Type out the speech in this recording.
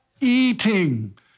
eating